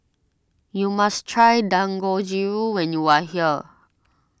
you must try Dangojiru when you are here